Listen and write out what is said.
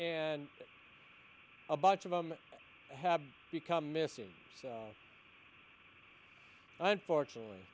and a bunch of them have become missing unfortunately